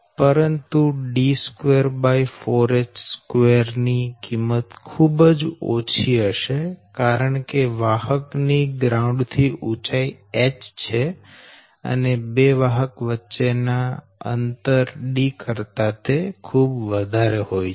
પરંતુD24h2ની કિંમત ખુબ જ ઓછી હશે કારણકે વાહક ની ગ્રાઉન્ડ થી ઉંચાઈ h એ બે વાહક વચ્ચે ના અંતર D કરતા ખૂબ જ વધારે હોય છે